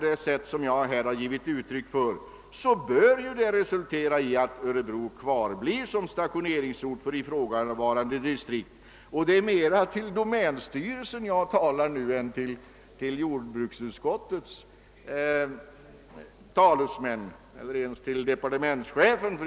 Detta bör resultera i att Örebro får kvarstå som stationeringsort för ifrågavarande distrikt. Jag talar nu mera till domänstyrelsen än till jordbruksutskottets företrädare eller departementschefen.